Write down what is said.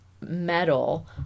metal